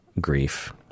grief